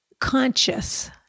Conscious